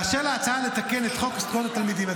אשר להצעה לתקן את חוק זכויות התלמידים,